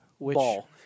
ball